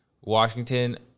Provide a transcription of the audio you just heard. Washington